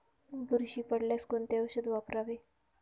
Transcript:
बुरशी पडल्यास कोणते औषध वापरावे?